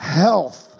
health